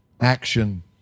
action